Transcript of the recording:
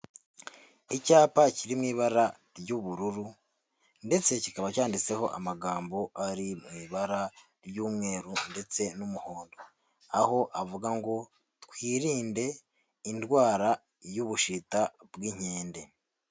Icyapa kiri mu ibara ry'ubururu, ndetse kikaba cyanditseho amagambo ari wu ibara ry'umweru ndetse n'umuhondo. Aho avuga ngo: "Twirinde indwara y'ubushita bw'inkende".